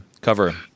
cover